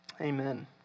Amen